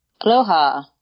Aloha